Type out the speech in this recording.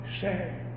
say